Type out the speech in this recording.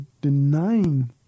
denying